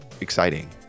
exciting